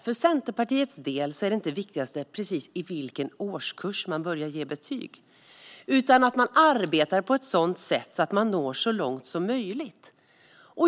För Centerpartiets del är det inte viktigast precis i vilken årskurs man börjar ge betyg utan att man arbetar på ett sådant sätt att man når så långt som möjligt.